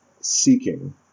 seeking